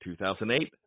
2008